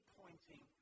pointing